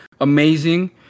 amazing